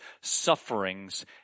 sufferings